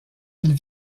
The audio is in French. îles